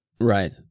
Right